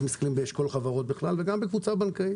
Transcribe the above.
מסתכלים באשכול חברות בכלל וגם בקבוצה בנקאית.